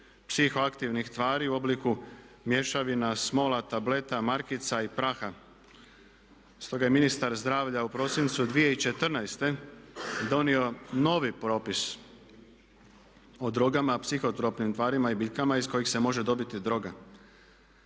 psihoaktivnih tvari u obliku mješavina, smola, tableta, markica i praha. Stoga je ministar zdravlja u prosincu 2014. donio novi propis o drogama, psihotropnim tvarima i biljkama iz kojih se može dobiti droga.